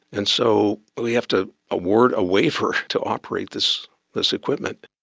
and so we have to award a waiver to operate this this equipment.